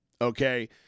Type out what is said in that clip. Okay